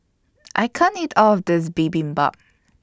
I can't eat All of This Bibimbap